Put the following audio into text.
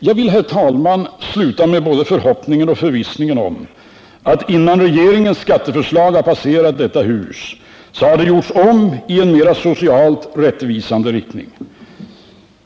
Jag vill, herr talman, sluta med både förhoppningen och förvissningen om att regeringens skatteförslag, innan det har passerat detta hus, har gjorts om i en mera socialt rättvisande riktning.